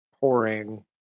pouring